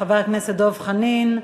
חבר הכנסת דב חנין,